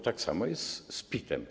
Tak samo jest z PIT-em.